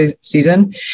season